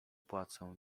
płacą